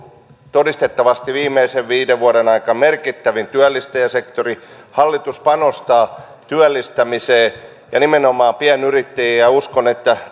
todistettavasti ollut viimeisen viiden vuoden aikana merkittävin työllistäjäsektori hallitus panostaa työllistämiseen ja nimenomaan pienyrittäjiin uskon että